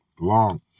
long